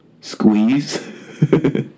Squeeze